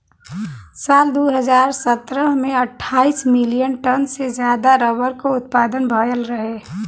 साल दू हज़ार सत्रह में अट्ठाईस मिलियन टन से जादा रबर क उत्पदान भयल रहे